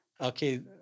okay